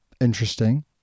interesting